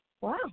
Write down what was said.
Wow